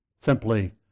Simply